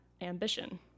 ambition